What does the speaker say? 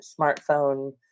smartphone